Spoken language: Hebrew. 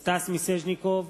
סטס מיסז'ניקוב,